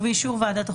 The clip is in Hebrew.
ובאישור ועדת החוקה,